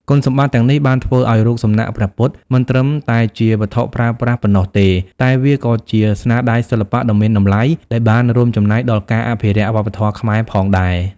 គុណសម្បត្តិទាំងនេះបានធ្វើឱ្យរូបសំណាកព្រះពុទ្ធមិនត្រឹមតែជាវត្ថុប្រើប្រាស់ប៉ុណ្ណោះទេ តែវាក៏ជាស្នាដៃសិល្បៈដ៏មានតម្លៃដែលបានរួមចំណែកដល់ការអភិរក្សវប្បធម៌ខ្មែរផងដែរ។